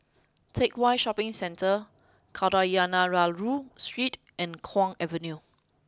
Teck Whye Shopping Centre Kadayanallur Street and Kwong Avenue